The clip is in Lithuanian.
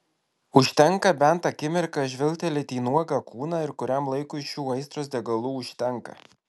užtenka bent akimirką žvilgtelėti į nuogą kūną ir kuriam laikui šių aistros degalų užtenka